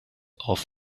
off